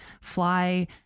fly